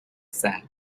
said